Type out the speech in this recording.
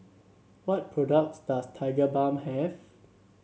what products does Tigerbalm have